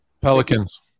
Pelicans